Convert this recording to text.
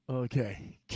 Okay